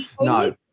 no